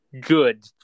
good